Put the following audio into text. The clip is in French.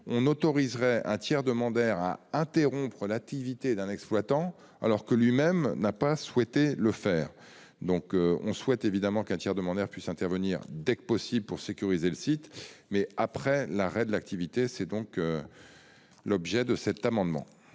autoriserait un tiers demandeur à interrompre l'activité d'un exploitant alors que lui-même n'a pas souhaité le faire. Nous souhaitons, évidemment, qu'un tiers demandeur puisse intervenir dès que possible pour sécuriser le site, mais après l'arrêt de l'activité. Tel est l'objet de cet amendement.